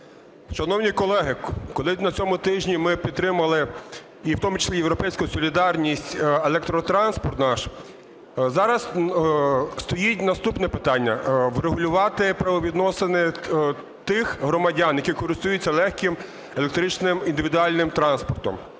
Шановні колеги, коли на цьому тижні ми підтримали, і в тому числі "Європейська солідарність", електротранспорт наш, зараз стоїть наступне питання – врегулювати правовідносини тих громадян, які користуються легким електричним індивідуальним транспортом.